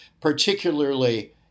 particularly